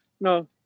No